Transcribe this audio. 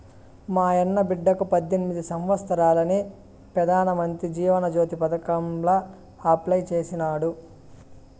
మాయన్న బిడ్డకి పద్దెనిమిది సంవత్సారాలని పెదానమంత్రి జీవన జ్యోతి పదకాంల అప్లై చేసినాడు